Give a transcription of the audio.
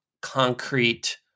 concrete